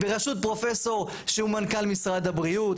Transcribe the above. ברשות פרופסור שהוא מנכ"ל משרד הבריאות.